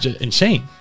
Insane